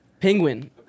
Penguin